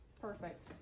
Perfect